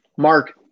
Mark